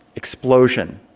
explosion.